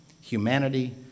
humanity